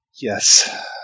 Yes